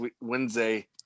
Wednesday